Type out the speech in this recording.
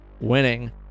winning